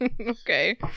Okay